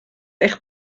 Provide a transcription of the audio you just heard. eich